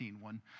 one